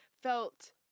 felt